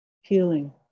healing